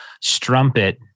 strumpet